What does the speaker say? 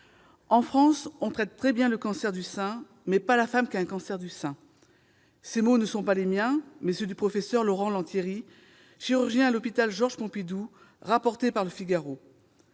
En France, on traite très bien le cancer du sein, mais pas la femme qui a un cancer du sein. » Ces mots ne sont pas les miens ; ce sont ceux du professeur Laurent Lantieri, chirurgien à l'hôpital Georges-Pompidou, rapportés par.